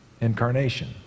incarnation